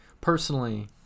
Personally